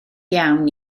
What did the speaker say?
iawn